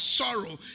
sorrow